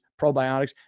probiotics